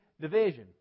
division